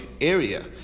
area